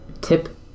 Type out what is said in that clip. tip